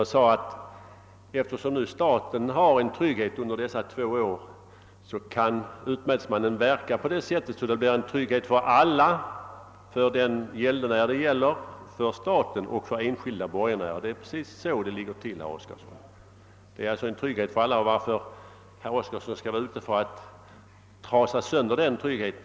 Jag sade att eftersom staten har en trygghet under dessa två år kan utmätningsmannen verka på det sättet, att det blir en trygghet för alla: för den gäldenär det gäller, för staten och för enskilda borgenärer. Det är precis så det ligger till, herr Oskarson. Det blir alltså en trygghet för alla, och jag kan inte begripa varför herr Oskarson är ute för att trasa sönder den tryggheten.